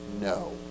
no